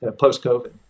post-COVID